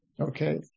Okay